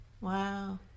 wow